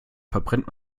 verbrennt